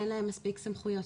אין להם מספיק סמכויות,